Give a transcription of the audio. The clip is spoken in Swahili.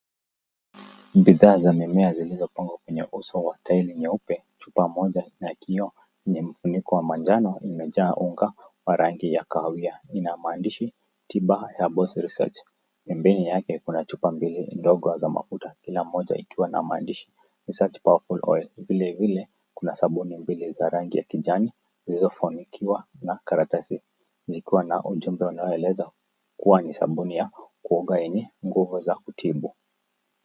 Bidhaa za mimea zilizopangwa kwenye uso wa treni nyeupe, chupa moja ina kioo na kifuniko ya majnano imejaa unga ya rangi ya kahawia. Ina maandishi Tiba Herbals research na bei yake. Kuna chupa mbili ndogo za mafuta kila moja ikiwa na maandishi Research Powerful Oil . Vilevile kuna sabuni mbili za rangi ya kijani zilizofunikiwa na karatasi zikiwa na ujumbe unaoeleza kuwa ni sabuni ya kuoga yenye nguvu za kutibu.